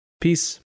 Peace